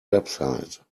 website